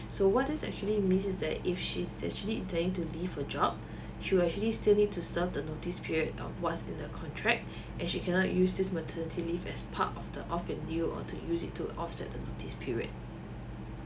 so what this actually means is that if she's actually intending to leave her job she will actually still need to serve the notice period of what has been in the contract and she cannot use this maternity leave as part of the of or to use it to offset the notice period